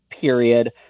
period